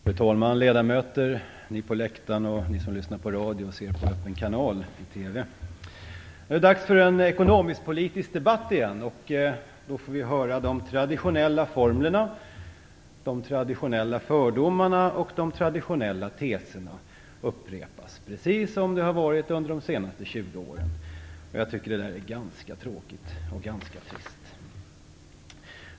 Fru talman! Ledamöter, åhörare på läktaren, ni som lyssnar på radio och ni som ser på Öppna kanalen i TV! Det är dags för en ekonomisk-politisk debatt igen, och vi får då höra de traditionella formlerna, de traditionella fördomarna och de traditionella teserna upprepas, precis som det har varit under de senaste 20 åren. Jag tycker att det är ganska tråkigt och trist.